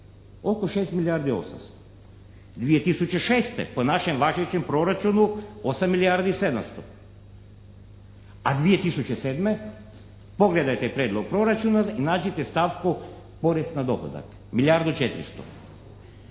oko 6 milijardi 800. 2006. po našem važećem proračunu 8 milijardi 700, a 2007. pogledajte prijedlog proračuna i našite stavku porez na dohodak. Milijardu 400.